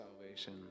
salvation